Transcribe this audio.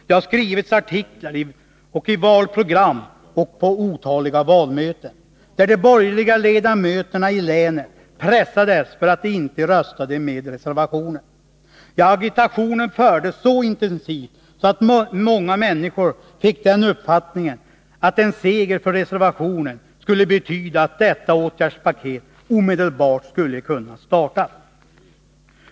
Det skedde i artiklar, i valprogram och på otaliga valmöten, där de borgerliga ledamöterna i länet pressades för att de inte röstade med reservationen. Ja, agitationen fördes så intensivt att många människor fick den uppfattningen att en seger för reservationen skulle betyda att detta åtgärdspaket omedelbart skulle kunna startas.